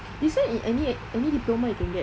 this [one] in any any diploma you can get right